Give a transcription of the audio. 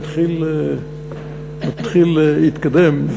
מתחיל להתקדם,